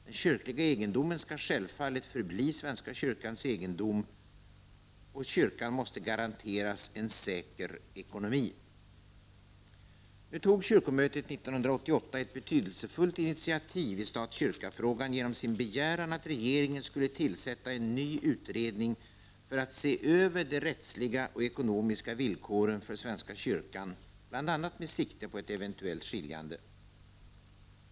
Den kyrkliga egendomen skall självfallet förbli den svenska kyrkans egendom, och kyrkan måste garanteras en säker ekonomi. Kyrkomötet 1988 tog ett betydelsefullt initiativ i stat-kyrka-frågan genom sin begäran att regeringen skulle tillsätta en ny utredning för att se över de rättsliga och ekonomiska villkoren för svenska kyrkan, bl.a. med sikte på ett eventuellt skiljande.